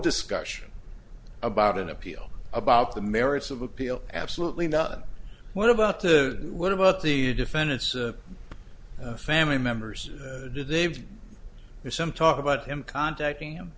discussion about an appeal about the merits of appeal absolutely not what about to what about the defendant's family members dave there's some talk about him contacting him